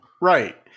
Right